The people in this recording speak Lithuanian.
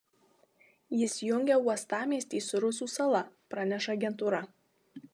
jis jungia uostamiestį su rusų sala praneša agentūra